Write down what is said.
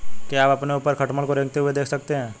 क्या आप अपने ऊपर खटमल को रेंगते हुए देख सकते हैं?